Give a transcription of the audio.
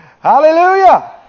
Hallelujah